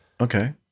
okay